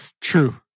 True